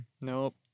nope